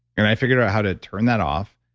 and i figured out how to turn that off.